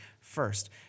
First